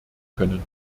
können